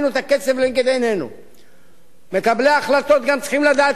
מקבלי החלטות גם צריכים לדעת למדוד את הקצב ולתת תשובות.